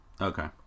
Okay